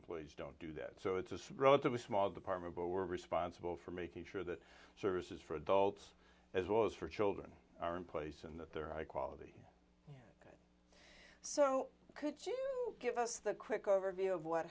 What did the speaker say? employees don't do that so it's relatively small department but we're responsible for making sure that services for adults as well as for children are in place and that they're i quality so could you give us the quick overview of what